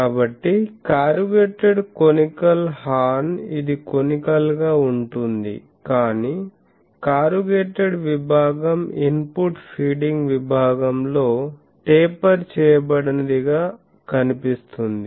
కాబట్టి corrugated conical horn ఇది conical గా ఉంటుంది కాని కారుగేటేడ్ విభాగం ఇన్పుట్ ఫీడింగ్ విభాగంలో టేపర్ చేయబడినదిగా కనిపిస్తుంది